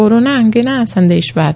corona અંગેના આ સંદેશ બાદ